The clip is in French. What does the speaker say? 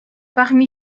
parmi